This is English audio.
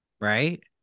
right